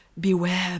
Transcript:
Beware